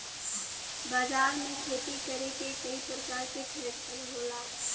बाजार में खेती करे के कई परकार के ट्रेक्टर होला